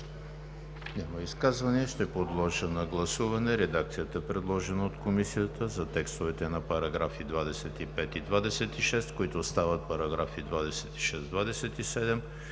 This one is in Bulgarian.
Няма. Ще подложа на гласуване редакцията, предложена от Комисията за текстовете на параграфи 25 и 26, които стават параграфи 26 и 27,